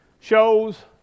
shows